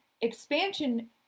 expansion